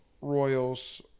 Royals